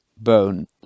bone